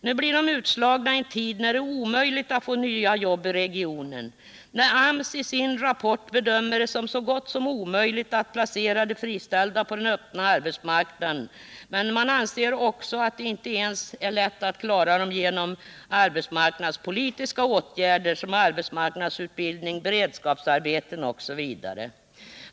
Nu blir de utslagna i en tid när det är omöjligt att få nya jobb i regionen, när AMS i sin rapport bedömer det som så gott som omöjligt att placera de friställda på den öppna arbetsmarknaden och när man inte ens anser sig kunna klara situationen med arbetsmarknadspolitiska åtgärder, såsom arbetsmarknadsutbildning, beredskapsarbeten osv.